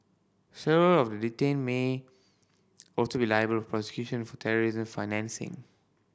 several of the detained may also be liable for prosecution for terrorism financing